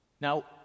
Now